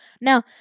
Now